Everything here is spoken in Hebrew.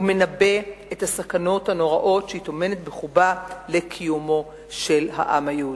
ומנבא את הסכנות הנוראות שהיא טומנת בחובה לקיומו של העם היהודי.